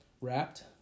wrapped